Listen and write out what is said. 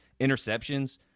interceptions